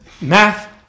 math